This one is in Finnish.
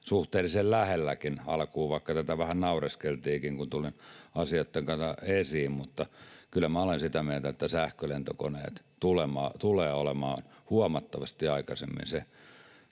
suhteellisen lähelläkin, vaikka tätä alkuun vähän naureskeltiinkin, kun tulin asioitten kanssa esiin, mutta kyllä minä olen sitä mieltä, että sähkölentokoneet tulevat olemaan huomattavasti aikaisemmin se,